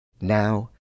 Now